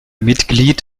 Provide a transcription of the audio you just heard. mitglied